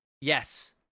Yes